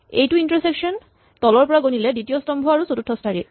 এইটো ইন্টাৰছেকচন তলৰ পৰা গণিলে দ্বিতীয় স্তম্ভ আৰু চতুৰ্থ শাৰী